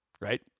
right